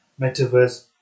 Metaverse